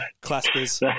claspers